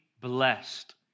blessed